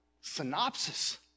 synopsis